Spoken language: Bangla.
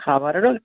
খাবারেরও